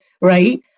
right